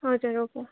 हजुर ओप्पो